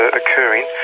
ah occurring.